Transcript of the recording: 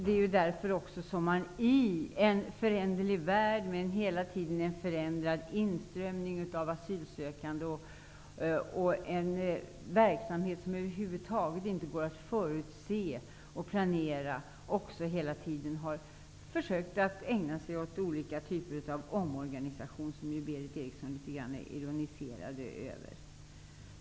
Det är också därför som man, i en föränderlig värld med en hela tiden förändrad inströmning av asylsökande och en verksamhet som över huvud taget inte går att förutse och planera, hela tiden har försökt att ägna sig åt olika typer av omorganisationer, som Berith Eriksson ironiserade litet grand över.